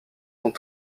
sont